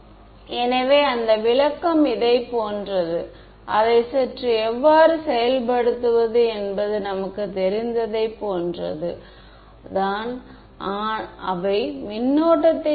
மாணவர் எனவே அந்த விளக்கம் இதை போன்றது அதை சற்று எவ்வாறு செயல்படுத்துவது என்பது நமக்குத் தெரிந்ததைப் போன்றது தான் அவை மின்னோட்டத்தைச் current